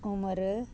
ਉਮਰ